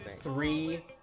three